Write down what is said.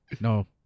No